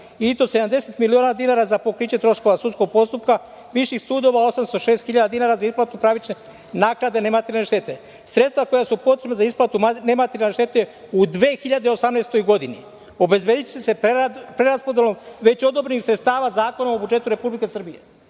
i to 70 miliona dinara za pokriće troškova sudskog postupka viših sudova, 860 hiljada dinara za isplatu pravične naknade nematerijalne štete. Sredstva koja su potrebna za isplatu nematerijalne štete u 2018. godini obezbediće se preraspodelom već odobrenih sredstava Zakonom o budžetu Republike Srbije. Pa,